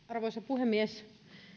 arvoisa puhemies